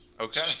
Okay